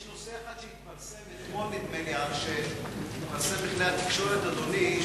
יש נושא אחד שהתפרסם אתמול בכלי התקשורת, אדוני,